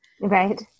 Right